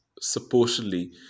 supposedly